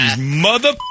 mother